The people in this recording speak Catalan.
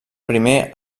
primer